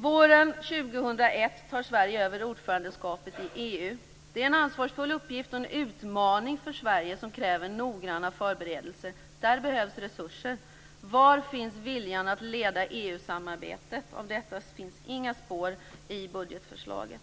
Våren 2001 tar Sverige över ordförandeskapet i EU. Det är en ansvarsfull uppgift och en utmaning för Sverige som kräver noggranna förberedelser. Där behövs det resurser. Var finns viljan att leda EU samarbetet? Av detta finns inga spår i budgetförslaget.